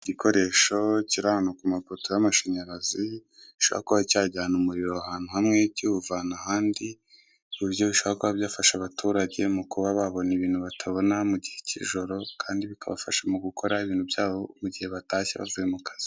Igikoresho kiri ahantu ku mapoto y'amashanyarazi, gishobora kuba cyajyana umuriro ahanyu hamwe kuwuvana ahandi, ku buryo bishobora kuba byafasha abarutage mu kuba babona ibintu batabona mu gihe cy'ijoro, kandi bakabafasha mu gukora ibintu byabo mu gihe batashye bavuye mu kazi.